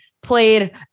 played